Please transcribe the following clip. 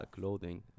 clothing